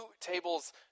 tables